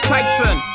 Tyson